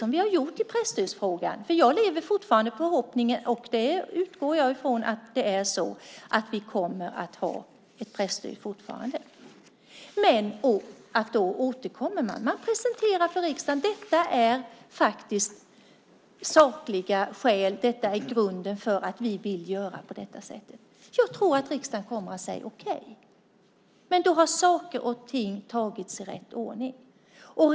Det har vi gjort i presstödsfrågan, och jag lever i förhoppningen och utgår från att vi kommer att ha ett presstöd även i fortsättningen. Men då återkommer man. För riksdagen presenterar man sakliga skäl och grunden för att man vill göra på detta sätt. Jag tror att riksdagen kommer att säga okej. Men då har saker och ting tagits i rätt ordning.